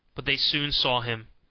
but they soon saw him,